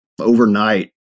overnight